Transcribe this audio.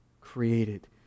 created